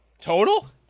Total